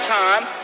time